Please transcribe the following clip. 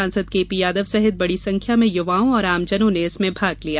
सांसद केपीयादव सहित बडी संख्या में युवाओं और आमजनों ने भाग लिया